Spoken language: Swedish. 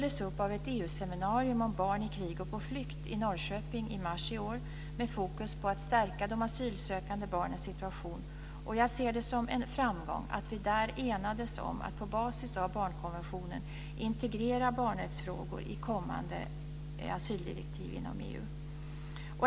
seminarium om Barn i krig och på flykt i Norrköping i mars i år med fokus på att stärka de asylsökande barnens situation, och jag ser det som en framgång att vi där enades om att på basis av barnkonventionen integrera barnrättsfrågor i kommande asyldirektiv inom EU.